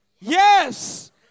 Yes